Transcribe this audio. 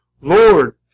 Lord